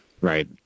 Right